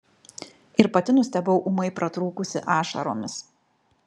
ir pati nustebau ūmai pratrūkusi ašaromis